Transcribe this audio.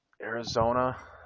Arizona